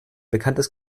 bekanntes